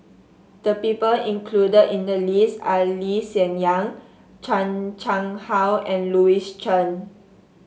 the people included in the list are Lee Hsien Yang Chan Chang How and Louis Chen